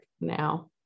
now